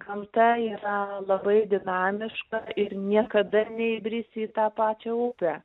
gamta yra labai dinamiška ir niekada neįbrisi į tą pačią upę